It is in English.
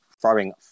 throwing